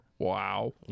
Wow